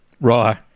right